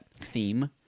theme